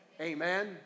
Amen